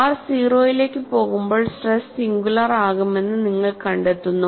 R 0 ലേക്ക് പോകുമ്പോൾ stress singular ആകുമെന്ന് നിങ്ങൾ കണ്ടെത്തുന്നു